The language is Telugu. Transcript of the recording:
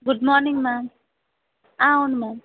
గుడ్ మార్నింగ్ మ్యామ్ అవును మ్యామ్